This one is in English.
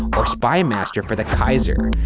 or spymaster for the kaiser.